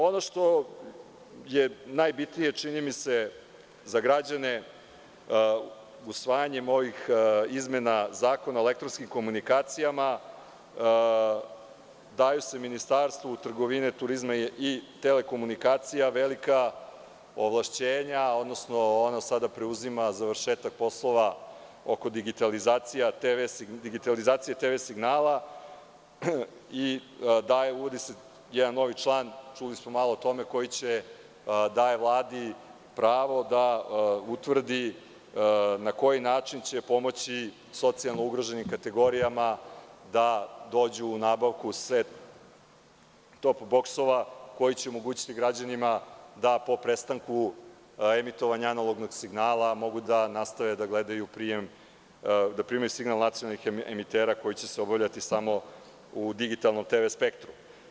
Ono što je, čini mi se, najbitnije za građane, usvajanjem ovih izmena Zakona o elektronskim komunikacijama daju se Ministarstvu trgovine, turizma i telekomunikacija velika ovlašćenja, odnosno, ono sada preuzima završetak poslova oko digitalizacije TV signala i uvodi se jedan novi član, čuli smo malo o tome, koji daje Vladi pravo da utvrdi na koji način će pomoći socijalno ugroženim kategorijama da dođu u nabavku set-top-boksova, koji će omogućiti građanima da po prestanku emitovanja analognog signala mogu da nastave da gledaju, da primaju signal nacionalni emitera koji će se obavljati samo u digitalnom TV spektru.